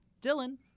Dylan